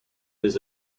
his